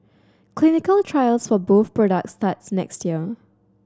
clinical trials for both products starts next year